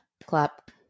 Clap